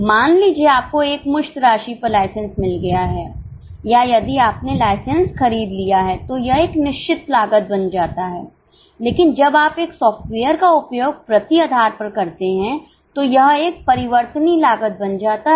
मान लीजिए आपको एकमुश्त राशि पर लाइसेंस मिल गया है या यदिआपने लाइसेंस खरीद लिया है तो यह निश्चित लागत बन जाता है लेकिन जब आप एक सॉफ्टवेयर का उपयोग प्रति आधार पर करते हैं तो यह एक परिवर्तनीय लागत बन जाता है